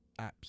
apps